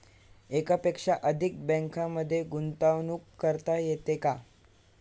एकापेक्षा अधिक बँकांमध्ये गुंतवणूक करता येते का?